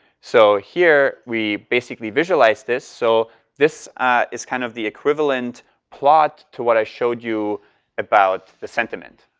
so here we basically visualize this, so this is kind of the equivalent plot to what i showed you about the sentiment.